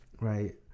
right